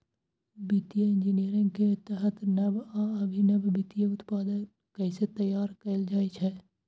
वित्तीय इंजीनियरिंग के तहत नव आ अभिनव वित्तीय उत्पाद तैयार कैल जाइ छै